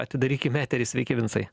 atidarykime eterį sveiki vincai